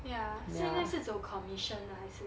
ya 现在是走 commission 的还是